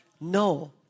No